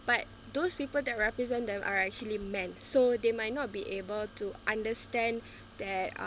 but those people that represent them are actually men so they might not be able to understand that